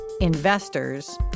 investors